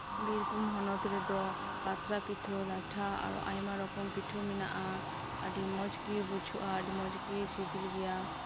ᱵᱤᱨᱵᱷᱩᱢ ᱦᱚᱱᱚᱛ ᱨᱮᱫᱚ ᱯᱟᱛᱲᱟ ᱯᱤᱴᱷᱟᱹ ᱞᱟᱴᱷᱟ ᱟᱨ ᱦᱚᱸ ᱟᱭᱢᱟ ᱨᱚᱠᱚᱢ ᱯᱤᱴᱷᱟᱹ ᱢᱮᱱᱟᱜᱼᱟ ᱟᱹᱰᱤ ᱢᱚᱸᱡᱽ ᱜᱮ ᱵᱩᱡᱷᱟᱹᱜᱼᱟ ᱟᱹᱰᱤ ᱢᱚᱸᱡᱽ ᱜᱮ ᱥᱤᱵᱤᱞ ᱜᱮᱭᱟ